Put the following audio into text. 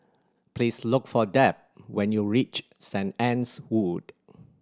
please look for Deb when you reach Saint Anne's Wood